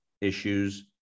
issues